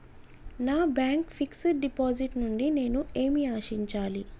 నా bank fixed deposit నుండి నేను ఏమి ఆశించాలి?